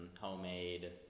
homemade